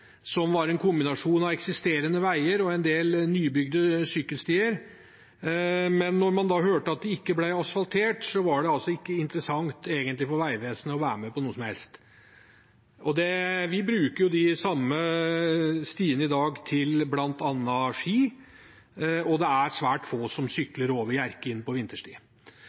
som var en kombinasjon av eksisterende veier og en del nybygde sykkelstier, men da Vegvesenet hørte at det ikke ble asfaltert, var det ikke egentlig interessant for dem å være med på noe som helst. Vi bruker de samme stiene i dag til bl.a. ski, og det er svært få som sykler over Hjerkinn vinterstid.